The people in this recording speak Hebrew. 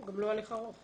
הוא גם לא הליך ארוך.